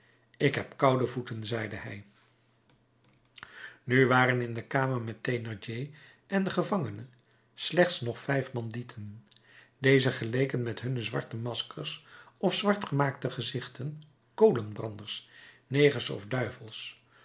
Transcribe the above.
ik heb koude voeten zeide hij nu waren in de kamer met thénardier en den gevangene slechts nog vijf bandieten deze geleken met hunne zwarte maskers of zwart gemaakte gezichten kolenbranders negers of duivels